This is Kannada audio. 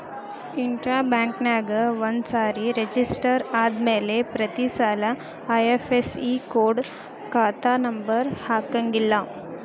ಇಂಟ್ರಾ ಬ್ಯಾಂಕ್ನ್ಯಾಗ ಒಂದ್ಸರೆ ರೆಜಿಸ್ಟರ ಆದ್ಮ್ಯಾಲೆ ಪ್ರತಿಸಲ ಐ.ಎಫ್.ಎಸ್.ಇ ಕೊಡ ಖಾತಾ ನಂಬರ ಹಾಕಂಗಿಲ್ಲಾ